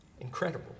Incredible